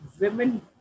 women